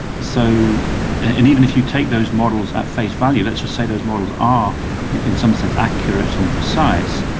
so and even if you take those models at face value, let's just say those models are in some sense accurate and precise,